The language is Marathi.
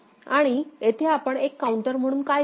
आणि येथे आपण एक काउंटर म्हणून काय करतो